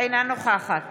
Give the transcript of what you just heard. אינה נוכחת